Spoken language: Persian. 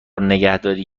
نگهداری